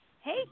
Hey